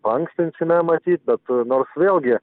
paankstinsime matyt be to nors vė gi